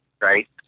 right